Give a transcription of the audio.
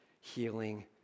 healing